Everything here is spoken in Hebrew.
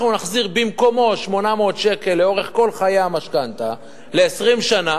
אנחנו נחזיר במקומו 800 שקל לאורך כל חיי המשכנתה ל-20 שנה.